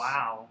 Wow